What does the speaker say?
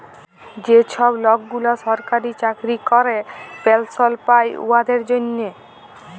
যে ছব লকগুলা সরকারি চাকরি ক্যরে পেলশল পায় উয়াদের জ্যনহে